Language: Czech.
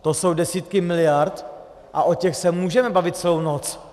To jsou desítky miliard a o těch se můžeme bavit celou noc.